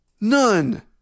None